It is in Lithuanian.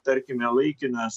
tarkime laikinas